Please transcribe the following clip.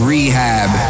Rehab